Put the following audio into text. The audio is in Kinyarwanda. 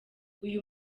uyu